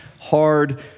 hard